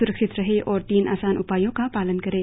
स्रक्षित रहें और तीन आसान उपायों का पालन करें